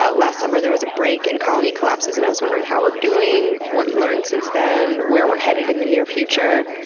ah last summer there was a break in colony collapses and i was wondering how we're doing, what we we've learned since then, where we're headed in the near future?